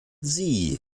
sie